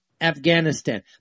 Afghanistan